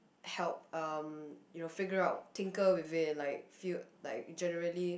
help um you know figure out tinker with it and like feel like generally